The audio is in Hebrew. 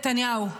נתניהו,